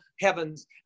heavens